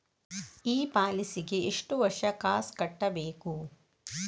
ಈ ಪಾಲಿಸಿಗೆ ಎಷ್ಟು ವರ್ಷ ಕಾಸ್ ಕಟ್ಟಬೇಕು?